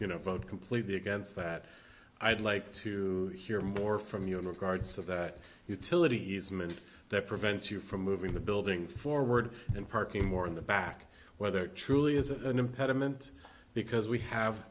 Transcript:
you know vote completely against that i'd like to hear more from you in regards to that utility he's meant that prevents you from moving the building forward and parking more in the back whether it truly is an impediment because we have